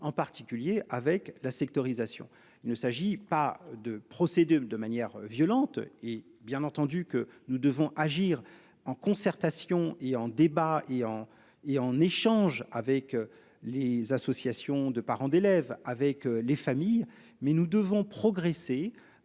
en particulier avec la sectorisation. Il ne s'agit pas de procédure de manière violente et bien entendu, que nous devons agir en concertation et en débat et en et en échange avec les associations de parents d'élèves avec les familles mais nous devons progresser